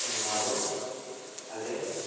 ᱛᱳ ᱱᱚᱣᱟ ᱫᱚ ᱟᱞᱮ